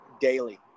daily